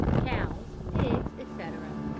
cows, pigs, etc.